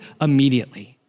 immediately